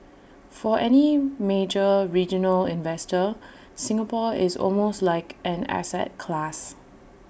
for any major regional investor Singapore is almost like an asset class